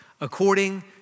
according